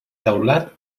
teulat